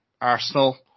Arsenal